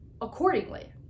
accordingly